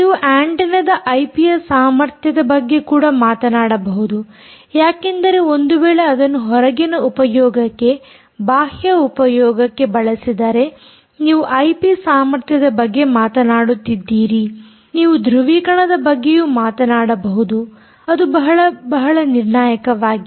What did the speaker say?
ನೀವು ಆಂಟೆನ್ನದ ಐಪಿ ಸಾಮರ್ಥ್ಯದ ಬಗ್ಗೆ ಕೂಡ ಮಾತನಾಡಬಹುದು ಯಾಕೆಂದರೆ ಒಂದು ವೇಳೆ ಅದನ್ನು ಹೊರಗಿನ ಉಪಯೋಗಕ್ಕೆ ಬಾಹ್ಯ ಉಪಯೋಗಕ್ಕೆ ಬಳಸಿದರೆ ನೀವು ಐಪಿ ಸಾಮರ್ಥ್ಯದ ಬಗ್ಗೆ ಮಾತನಾಡುತ್ತಿದ್ದೀರಿ ನೀವು ಧೃವೀಕರಣದ ಬಗ್ಗೆಯೂ ಮಾತನಾಡಬಹುದು ಅದು ಬಹಳ ಬಹಳ ನಿರ್ಣಾಯಕವಾಗಿದೆ